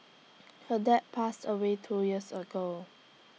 her dad passed away two years ago